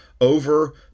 over